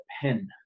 pen